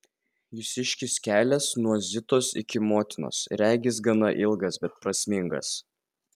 jūsiškis kelias nuo zitos iki motinos regis gana ilgas bet prasmingas